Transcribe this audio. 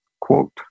quote